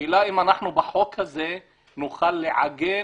השאלה אם אנחנו בחוק הזה נוכל לעגן